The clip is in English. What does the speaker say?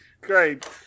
Great